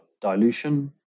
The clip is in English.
dilution